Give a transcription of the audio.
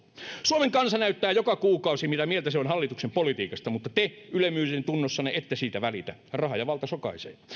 suomen kansa näyttää joka kuukausi mitä mieltä se on hallituksen politiikasta mutta te ylemmyydentunnossanne ette siitä välitä raha ja valta sokaisee